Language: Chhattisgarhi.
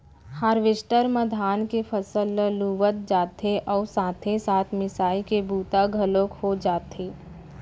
हारवेस्टर म धान के फसल ल लुवत जाथे अउ साथे साथ मिसाई के बूता घलोक हो जाथे